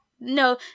No